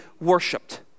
worshipped